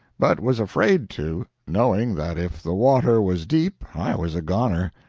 but was afraid to, knowing that if the water was deep i was a goner,